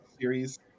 series